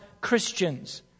Christians